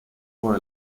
por